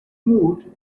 mood